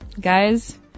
Guys